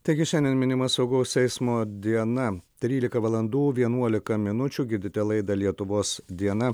taigi šiandien minima saugaus eismo diena trylika valandų vienuolika minučių girdite laidą lietuvos diena